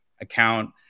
account